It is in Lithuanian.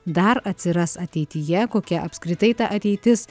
dar atsiras ateityje kokia apskritai ta ateitis